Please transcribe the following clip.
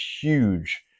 huge